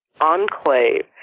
enclave